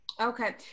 Okay